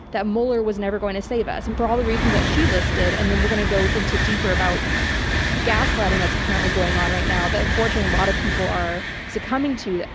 that mueller was never going to save us, and for all the reasons that she listed. and then we're going to go into deeper about the gaslighting that's currently going on right now that unfortunately a lot of people are succumbing to,